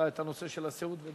הנושא של הסיעוד.